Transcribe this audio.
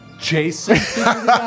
Jason